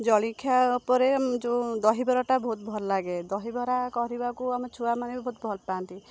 ଜଳଖିଆ ଉପରେ ଯେଉଁ ଦହିବରାଟା ବହୁତ ଭଲ ଲାଗେ ଦହିବରା କରିବାକୁ ଆମ ଛୁଆମାନେ ବି ବହୁତ ଭଲ ପାଆନ୍ତି